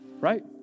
Right